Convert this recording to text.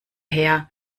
her